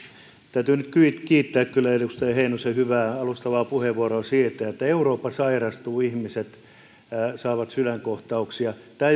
täytyy nyt kiittää kyllä edustaja heinosen hyvää alustavaa puheenvuoroa siitä että eurooppa sairastuu ihmiset saavat sydänkohtauksia tämä